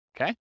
Okay